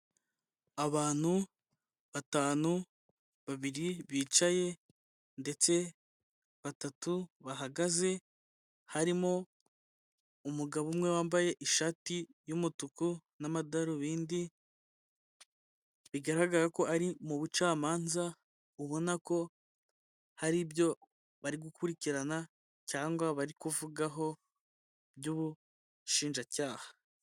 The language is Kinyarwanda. Abantu batanu babiri bicaye ndetse batatu bahagaze harimo umugabo umwe wambaye ishati y'umutuku n'amadarubindi bigaragara ko ari mu bucamanza ubona ko hari ibyo bari gukurikirana cyangwa bari kuvugaho by'ubushinjacyaha.